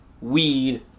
Weed